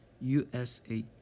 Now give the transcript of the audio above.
USA